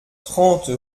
trente